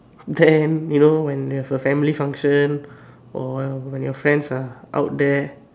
then you know when you have a family function or when your friends are out there